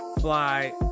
fly